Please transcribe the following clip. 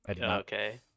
Okay